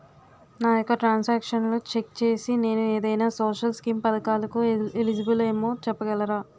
నా యెక్క ట్రాన్స్ ఆక్షన్లను చెక్ చేసి నేను ఏదైనా సోషల్ స్కీం పథకాలు కు ఎలిజిబుల్ ఏమో చెప్పగలరా?